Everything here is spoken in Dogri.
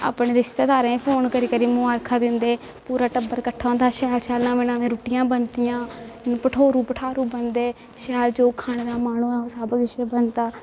अपने रिश्तेदारें गी फोन करी करी मुबारखां दिंदे पूरा टब्बर कट्ठा होंदा शैल शैल नमें नमें रूट्टियां बनदियां भठोरू भठारू बनदे शैल जो खाने दा मन होऐ ओह् सब किश बनदा